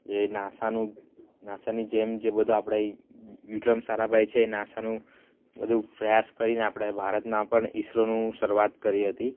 જે નાસાનું નાસાની જેમ જે બધું આપણે અહીં વિક્રમ સારાભાઈ છે એ નાસાનું બધું પ્રયાસ કરીને આપણે ભારતમાં પણ ઈસરોનું શરૂઆત કરી હતી